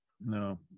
No